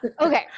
okay